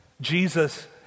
Jesus